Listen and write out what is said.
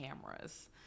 cameras